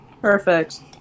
Perfect